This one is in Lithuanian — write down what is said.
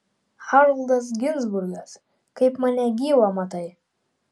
haroldas ginzburgas kaip mane gyvą matai